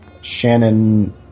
Shannon